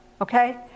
okay